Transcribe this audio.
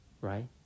Right